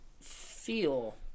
feel